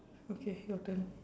okay your turn